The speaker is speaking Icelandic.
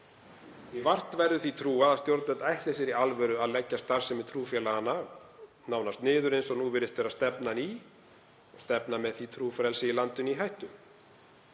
Vart verður því trúað að stjórnvöld ætli sér í alvöru að leggja starfsemi trúfélaganna nánast niður eins og nú virðist stefna í og stefna með því trúfrelsi í landinu í hættu.